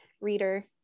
reader